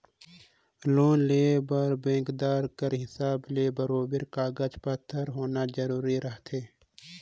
loan लेय बर बेंकदार कर हिसाब ले बरोबेर कागज पाथर होना जरूरी रहथे